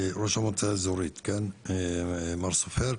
המועצה האזורית מר סופר,